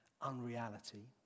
unreality